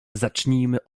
zacznijmy